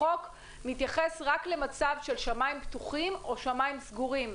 החוק מתייחס רק למצב של שמיים פתוחים או שמיים סגורים.